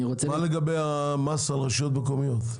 מה לגבי המס על הרשויות המקומיות?